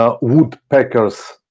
woodpecker's